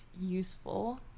useful